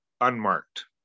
unmarked